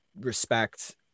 respect